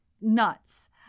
nuts